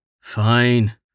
Fine